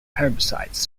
herbicides